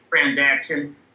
transaction